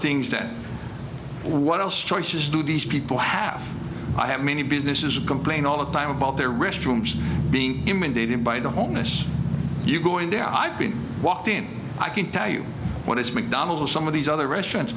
things that what else choices do these people have i have many business is complain all the time about their restrooms being inundated by the homeless you go in there i've been walked in i can tell you what it's mcdonnell's some of these other restaurants